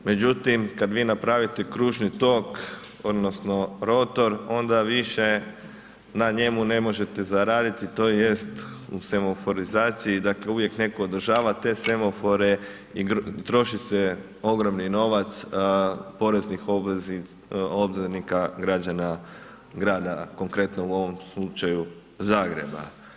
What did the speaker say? Međutim, kad vi napravite kružni tok, odnosno rotor onda više na njemu ne možete raditi tj. u semaforizaciji dakle uvijek netko održava te semafore i troši se ogromni novac poreznih obveznika građana grada konkretno u ovom slučaju Zagreba.